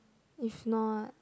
if not